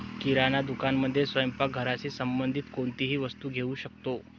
किराणा दुकानामध्ये स्वयंपाक घराशी संबंधित कोणतीही वस्तू घेऊ शकतो